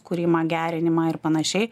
kurimą gerinimą ir panašiai